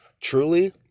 truly